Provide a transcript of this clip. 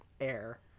air